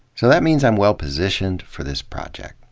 so that means i'm well-positioned for this project.